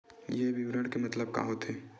ये विवरण के मतलब का होथे?